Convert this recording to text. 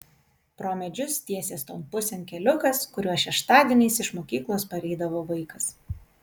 pro medžius tiesės ton pusėn keliukas kuriuo šeštadieniais iš mokyklos pareidavo vaikas